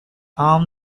arm